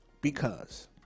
because-